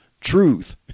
truth